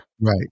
Right